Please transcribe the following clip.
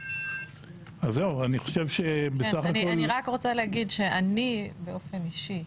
אני חושב שבסך הכול --- אני רק רוצה להגיד שאני באופן אישי,